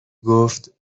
گفت